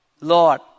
Lord